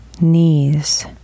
knees